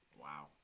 Wow